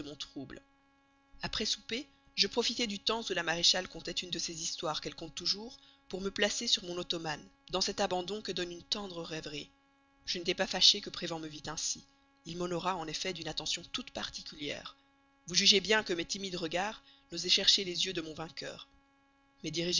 mon trouble après souper je profitai du temps où la bonne maréchale contait une de ces histoires qu'elle conte toujours pour me placer sur mon ottomane dans cet abandon que donne une tendre rêverie je n'étais pas fâchée que prévan me vît ainsi il m'honora en effet d'une attention toute particulière vous jugez bien que mes timides regards n'osaient chercher les yeux de mon vainqueur mais